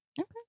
Okay